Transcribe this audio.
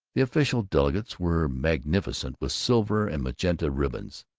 the official delegates were magnificent with silver and magenta ribbons.